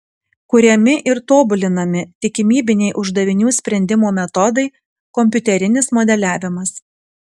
kuriami ir tobulinami tikimybiniai uždavinių sprendimo metodai kompiuterinis modeliavimas